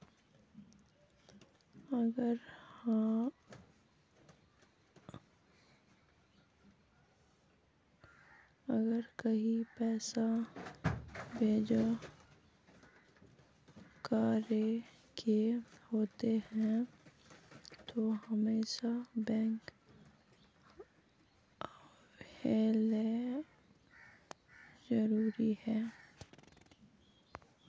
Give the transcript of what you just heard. अगर कहीं पैसा भेजे करे के होते है तो हमेशा बैंक आबेले जरूरी है?